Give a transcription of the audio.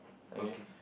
okay